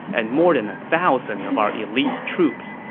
and more than a thousand of our elite troops.